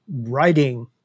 writing